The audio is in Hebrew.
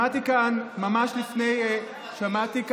שמעתי כאן, ממש לפני --- לא חברתי.